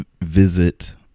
Visit